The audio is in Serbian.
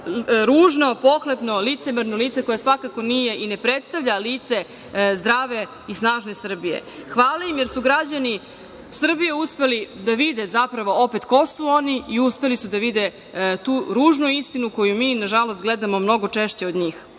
ružno, pohlepno, licemerno lice koje svakako nije i ne predstavlja lice zdrave i snažne Srbije. Hvala im, jer su građani Srbije uspeli da vide zapravo opet ko su oni i uspeli su da vide tu ružnu istinu koju mi, nažalost, gledamo mnogo češće od njih.